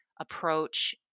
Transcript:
approach